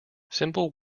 simple